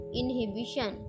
inhibition